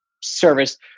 service